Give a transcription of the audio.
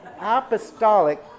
apostolic